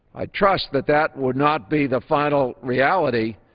i trust that that would not be the final reality,